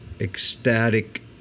ecstatic